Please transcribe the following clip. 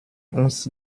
uns